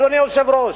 אדוני היושב-ראש,